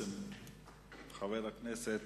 אחריו, חבר הכנסת